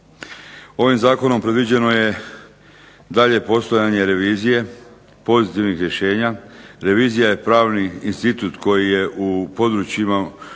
Ovim zakonom predviđeno je dalje postojanje revizije pozitivnih rješenja. Revizija je pravni institut koji je u područjima